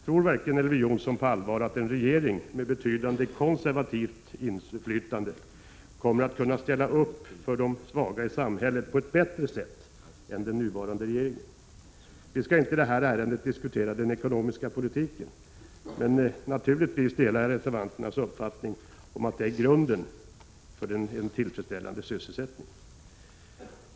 Tror verkligen Elver Jonsson på allvar att en regering med betydande konservativt inflytande kommer att kunna ställa upp för de svaga i samhället på ett bättre sätt än den nuvarande regeringen? Vi skall inte diskutera den ekonomiska politiken, men naturligtvis delar jag reservanternas uppfattning att den är grunden för en tillfredsställande sysselsättning.